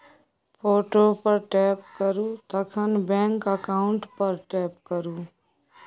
photo पर tap करु तखन बैंक अकाउंट पर टैप करु